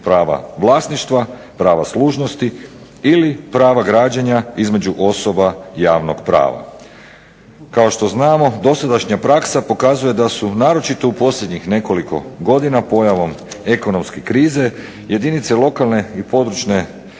prava vlasništva, prava služnosti ili prava građenja između osoba javnog prava. Kao što znamo dosadašnja praksa pokazuje da su naročito u posljednjih nekoliko godina pojavom ekonomske krize jedinice lokalne i područne